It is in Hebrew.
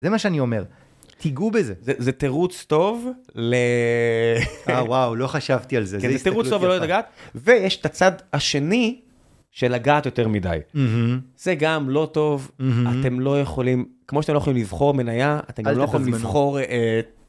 זה מה שאני אומר, תיגעו בזה. זה תירוץ טוב ל... אה, וואו, לא חשבתי על זה. זה תירוץ טוב ולא לגעת, ויש את הצד השני של לגעת יותר מדי. זה גם לא טוב, אתם לא יכולים... כמו שאתם לא יכולים לבחור מנייה, אתם גם לא יכולים לבחור...